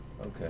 Okay